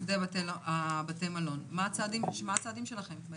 מה הצעדים שלכם?